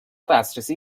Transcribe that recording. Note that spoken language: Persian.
دسترسی